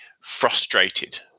frustrated